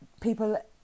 People